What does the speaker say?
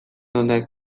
honek